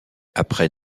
après